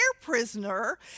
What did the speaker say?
prisoner